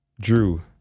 Drew